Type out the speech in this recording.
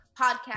podcast